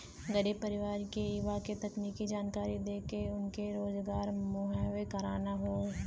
गरीब परिवार के युवा के तकनीकी जानकरी देके उनके रोजगार मुहैया कराना हौ